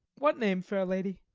what name, fair lady?